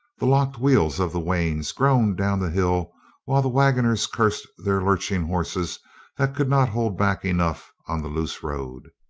the locked wheels of the wains groaned down the hill while the wagoners cursed their lurching horses that could not hold back enough on the loose road.